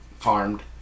farmed